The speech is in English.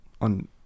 on